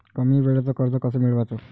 कमी वेळचं कर्ज कस मिळवाचं?